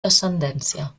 descendència